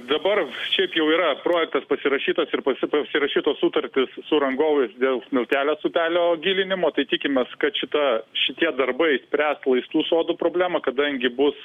dabar šiaip jau yra projektas pasirašytas ir pasi pasirašytos sutartys su rangovais dėl smiltelės upelio gilinimo tai tikimės kad šita šitie darbai išspręs laistų sodų problemą kadangi bus su